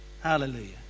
Hallelujah